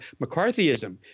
McCarthyism